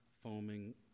foaming